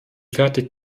fertig